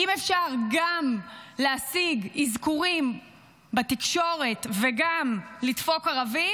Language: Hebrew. ואם אפשר גם להשיג אזכורים בתקשורת וגם לדפוק ערבים,